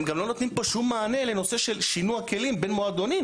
הם גם לא נותנים פה שום מענה לנושא של שינוע כלים בין מועדונים.